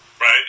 right